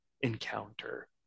encounter